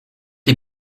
les